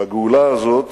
והגאולה הזאת